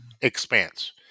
Expanse